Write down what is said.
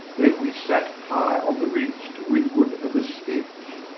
then we sat high on the ridge to windward of the stench,